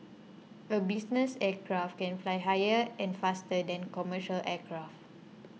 a business aircraft can fly higher and faster than commercial aircraft